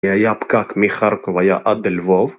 והיה פקק מחרקוב היה עד לבוב